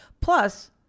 Plus